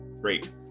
great